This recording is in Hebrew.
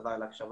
תודה על ההקשבה.